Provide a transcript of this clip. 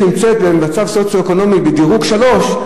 נמצאת במצב סוציו-אקונומי בדירוג 3,